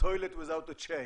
Toilet Without A Chain.